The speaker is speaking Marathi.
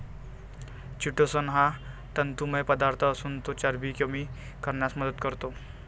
चिटोसन हा तंतुमय पदार्थ असून तो चरबी कमी करण्यास मदत करतो